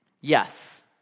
Yes